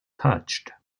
touched